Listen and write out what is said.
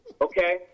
okay